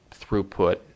throughput